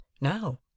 now